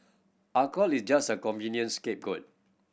alcohol is just a convenient scapegoat